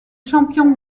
champion